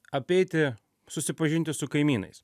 apeiti susipažinti su kaimynais